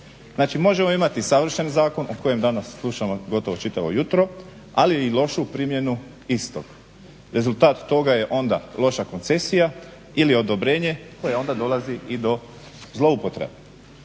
Znači možemo imati savršen zakon o kojem danas slušamo gotovo čitavo jutro ali i lošu primjenu istog. Rezultat toga je onda loša koncesija ili odobrenje koje onda dolazi i do zloupotrebe.